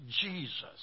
Jesus